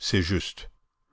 c'est juste